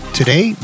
today